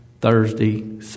Thursday